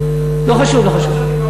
לא חשוב, לא חשוב.